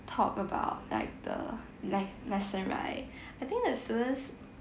talk about like the le~ lession right I think the students